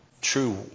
true